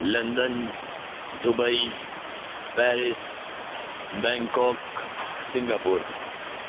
London Dubai Paris Bangkok Singapore